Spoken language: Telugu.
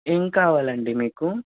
ఏం కావాలండీ మీకు